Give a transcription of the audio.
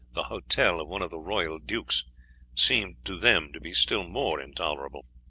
the hotel of one of the royal dukes seemed to them to be still more intolerable.